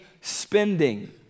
spending